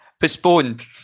postponed